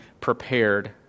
prepared